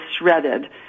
shredded